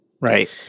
right